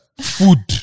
food